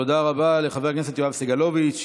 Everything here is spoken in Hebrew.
תודה רבה לחבר הכנסת יואב סגלוביץ'.